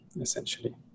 essentially